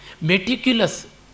Meticulous